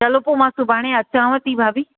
चलो पोइ मां सुभाणे अचांव थी भाभी